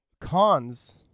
cons